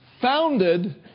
Founded